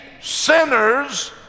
sinners